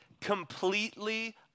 completely